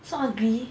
so ugly